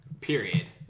Period